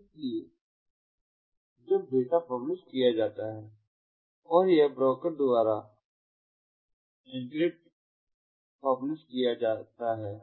इसलिए जब data publish किया जाता है तो यह ब्रोकर द्वारा एन्क्रिप्ट और पब्लिश किया जाता है